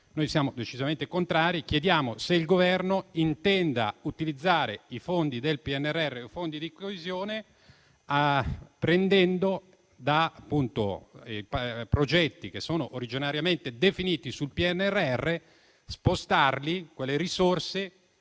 Noi siamo decisamente contrari e chiediamo se il Governo intenda utilizzare i fondi del PNRR o fondi di coesione, prendendo quindi risorse da progetti che sono originariamente definiti sul PNRR e spostandole su